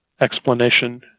explanation